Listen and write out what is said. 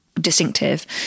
distinctive